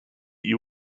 you